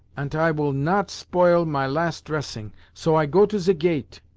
ant i will not spoil my last tressing, so i go to ze gate.